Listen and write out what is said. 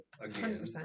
again